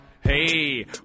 Hey